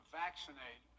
vaccinate